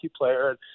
player